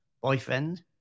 boyfriend